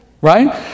right